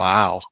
Wow